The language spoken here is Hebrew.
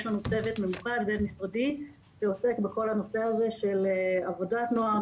יש לנו צוות מוקד בין-משרדי שעוסק בכל הנושא הזה של עבודת נוער,